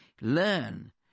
Learn